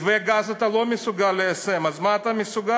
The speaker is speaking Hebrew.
מתווה גז אתה לא מסוגל ליישם, אז מה אתה מסוגל?